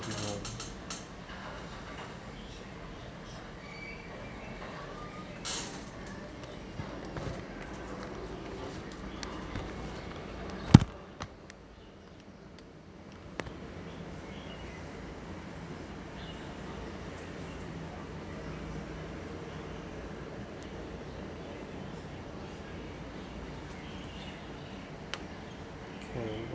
room